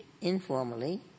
informally